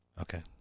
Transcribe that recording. Okay